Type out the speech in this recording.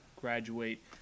graduate